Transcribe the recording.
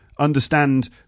understand